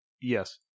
Yes